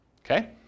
Okay